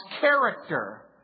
character